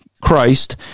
Christ